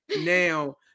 now